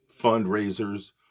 fundraisers